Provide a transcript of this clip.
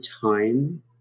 time